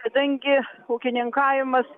kadangi ūkininkavimas